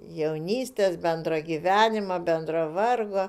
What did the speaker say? jaunystės bendrą gyvenimą bendrą vargą